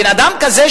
בן-אדם כזה,